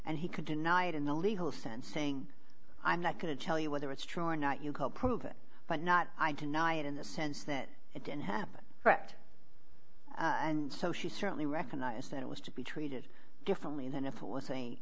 and he could deny it in a legal sense saying i'm not going to tell you whether it's true or not you go prove it but not i deny it in the sense that it didn't happen correct and so she certainly recognize that it was to be treated differently than if it was a